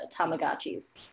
Tamagotchis